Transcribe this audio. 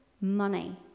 money